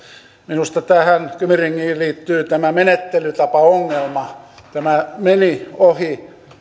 minusta tähän kymi ringiin liittyy tämä menettelytapaongelma tämä meni ohi